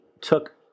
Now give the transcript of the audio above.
took